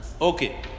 Okay